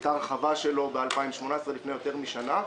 הייתה הרחבה שלו ב-2018, לפני יותר משנה.